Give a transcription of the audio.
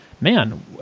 man